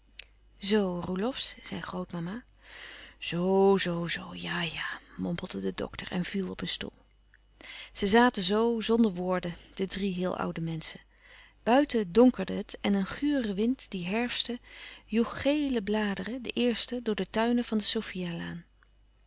zoo roelofsz zei grootmama zoo zoo zoo ja-ja mompelde de dokter en viel op een stoel ze zaten zoo zonder woorden de drie heel oude menschen buiten donkerde het en een gure wind die herfstte joeg gele bladeren de eerste door de tuinen van de